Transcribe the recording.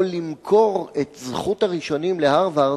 או למכור את זכות הראשונים להארוורד,